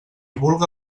vulga